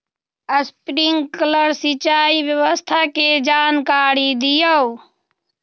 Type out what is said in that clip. Sprinkler सिंचाई व्यवस्था के जाकारी दिऔ?